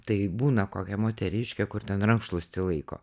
tai būna kokia moteriškė kur ten rankšluostį laiko